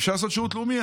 אפשר לעשות שירות לאומי.